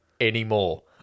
anymore